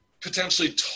potentially